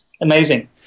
amazing